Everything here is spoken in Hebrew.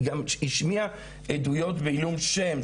היא גם השמיעה עדויות בעילום שם,